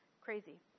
crazy